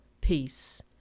peace